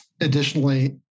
additionally